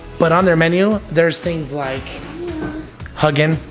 but on their menu there's things like hugging,